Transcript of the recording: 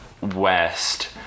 West